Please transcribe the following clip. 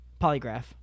Polygraph